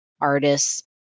artists